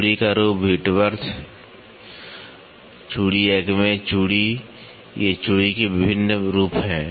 चूड़ी का रूप व्हिटवर्थ चूड़ी एक्मे चूड़ी ये चूड़ी के विभिन्न रूप हैं